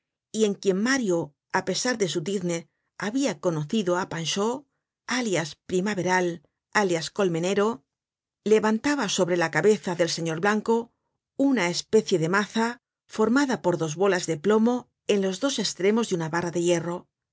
y en quien mario á pesar de su tizne habia conocido á panchaud alias pri maveral alias colmenero levantaba sobre la cabeza del señor blanco una especie de maza formada por dos bolas de plomo en los dos estreñios de una barra de hierro